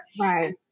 Right